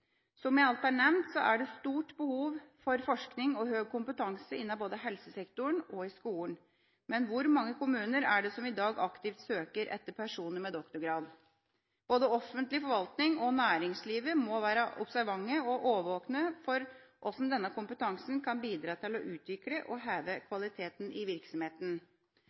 Som jeg alt har nevnt, er det stort behov for forskning og høy kompetanse innen både helsesektoren og i skolen. Men hvor mange kommuner er det som i dag aktivt søker etter personer med doktorgrad? Både offentlig forvaltning og næringslivet må være observante og årvåkne for hvordan denne kompetansen kan bidra til å utvikle og heve kvaliteten i virksomheten.